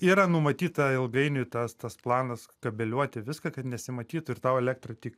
yra numatyta ilgainiui tas tas planas kabeliuoti viską kad nesimatytų ir tau elektra tik